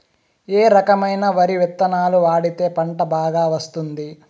ఏ రకమైన వరి విత్తనాలు వాడితే పంట బాగా వస్తుంది?